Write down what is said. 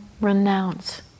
renounce